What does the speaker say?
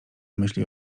myśli